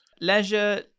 Leisure